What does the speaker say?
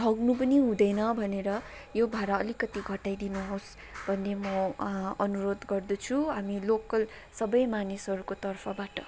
ठग्नु पनि हुँदैन भनेर यो भाडा अलिकति घटाइदिनुहोस् भन्ने म अनुरोध गर्दछु हामी लोकल सबै मानिसहरूको तर्फबाट